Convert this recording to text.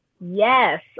Yes